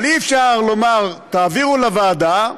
אבל אי-אפשר לומר: תעבירו לוועדה,